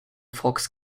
fox